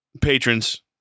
Patrons